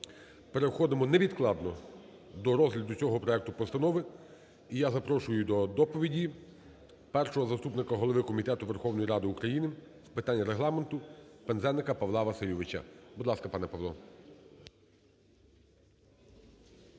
Переходимо невідкладно до розгляду цього проекту постанови. І я запрошую до доповіді першого заступника голови Комітету Верховної Ради України з питань Регламенту Пинзеника Павла Васильовича. Будь ласка, пане Павло.